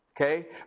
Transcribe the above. Okay